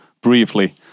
briefly